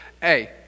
Hey